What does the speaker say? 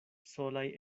solaj